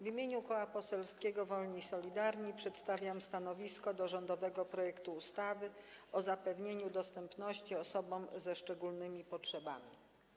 W imieniu Koła Poselskiego Wolni i Solidarni przedstawiam stanowisko wobec rządowego projektu ustawy o zapewnianiu dostępności osobom ze szczególnymi potrzebami.